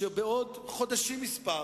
שבעוד חודשים מספר